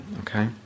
Okay